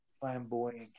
flamboyant